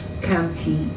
County